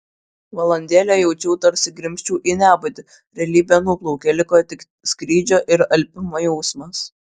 valandėlę jaučiau tarsi grimzčiau į nebūtį realybė nuplaukė liko tik skrydžio ir alpimo jausmas